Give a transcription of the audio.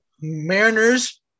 Mariners